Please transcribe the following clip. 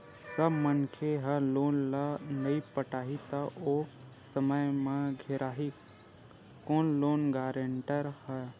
जब मनखे ह लोन ल नइ पटाही त ओ समे म घेराही कोन लोन गारेंटर ह